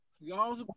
Y'all